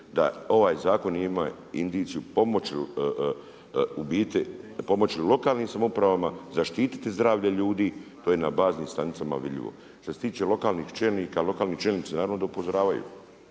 da ovaj zakon nije imao indiciju pomoći, u biti pomoći lokalnim samoupravama, zaštiti zdravlje ljudi. To je na baznim stanicama vidljivo. Što se tiče lokalnih čelnika, lokalni čelnici naravno da upozoravaju.